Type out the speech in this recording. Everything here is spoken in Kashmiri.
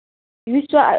اَچھا ٹھیٖک